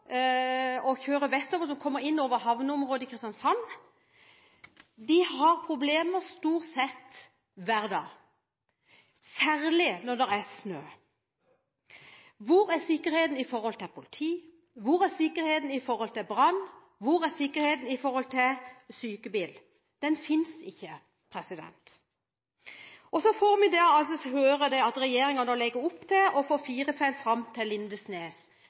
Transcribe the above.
havneområdet i Kristiansand og kjører vestover, har problemer stort sett hver dag, særlig når det er snø. Hvor er sikkerheten med tanke på politi, hvor er sikkerheten med tanke på brann, hvor er sikkerheten med tanke på sykebil? Den finnes ikke. Så får vi høre at regjeringen nå legger opp til å få fire felt fram til Lindesnes.